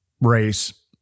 race